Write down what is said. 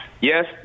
yes